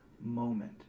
moment